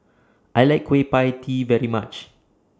I like Kueh PIE Tee very much